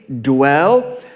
dwell